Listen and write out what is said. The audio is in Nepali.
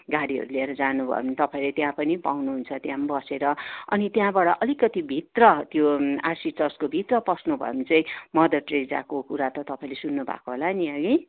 गाडीहरू लिएर जानु भयो भने तपाईँले त्यहाँ पनि पाउनु हुन्छ त्यहाँ बसेर अनि त्यहाँबाट अलिकति भित्र त्यो आरसी चर्चको भित्र पस्नु भयो भने चाहिँ मदर टेरेजाको कुरा त तपाईँले सुन्नु भएको होला नि है